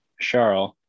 Charles